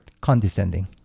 condescending